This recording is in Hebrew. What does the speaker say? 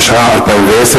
התשע"א 2010,